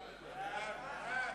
סעיף 98,